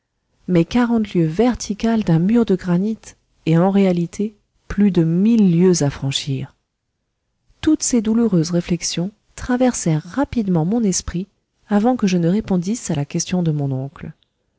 mais quarante lieues verticales d'un mur de granit et en réalité plus de mille lieues à franchir toutes ces douloureuses réflexions traversèrent rapidement mon esprit avant que je ne répondisse à la question de mon oncle